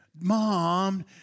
Mom